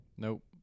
Nope